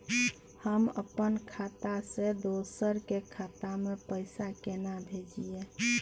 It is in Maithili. हम अपन खाता से दोसर के खाता में पैसा केना भेजिए?